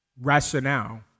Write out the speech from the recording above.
rationale